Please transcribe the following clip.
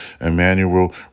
Emmanuel